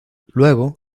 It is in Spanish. luego